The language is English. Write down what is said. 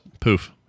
poof